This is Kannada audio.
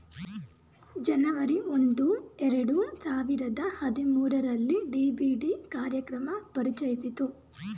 ಜನವರಿ ಒಂದು ಎರಡು ಸಾವಿರದ ಹದಿಮೂರುರಲ್ಲಿ ಡಿ.ಬಿ.ಡಿ ಕಾರ್ಯಕ್ರಮ ಪರಿಚಯಿಸಿತು